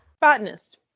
Botanist